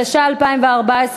התשע"ה 2014,